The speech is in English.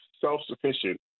self-sufficient